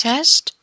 Test